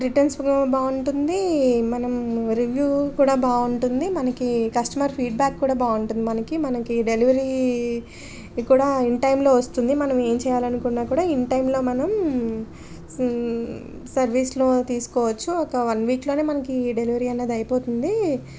returns బాగుంటుంది మనం review కూడా బాగుంటుంది మనకి కస్టమర్ ఫీడ్బ్యాక్ కూడా బాగుంటుంది మనకి మనకి డెలివరీ కూడా ఇన్ టైంలో వస్తుంది మనం ఏం చేయాలనుకున్నా కూడా ఇన్ టైంలో మనం సర్వీస్లు తీసుకోవచ్చు ఒక వన్ వీక్లోనే మనకి డెలివరీ అనేది అయిపోతుంది